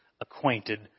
acquainted